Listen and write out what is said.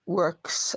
works